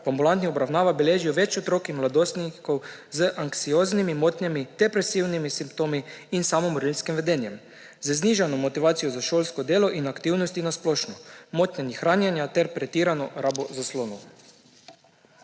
ambulantnih obravnavah beležijo več otrok in mladostnikov z anksioznimi motnjami, depresivnimi simptomi in samomorilskem vedenjem, z znižano motivacijo za šolsko delo in aktivnosti na splošno, motnjami hranjenja ter pretirano rabo zaslonov.